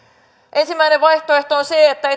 ensimmäinen vaihtoehto on se että